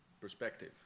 perspective